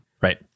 Right